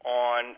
on –